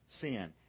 sin